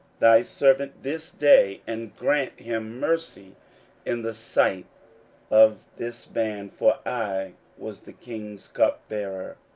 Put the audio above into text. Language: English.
thy servant this day, and grant him mercy in the sight of this man. for i was the king's cupbearer.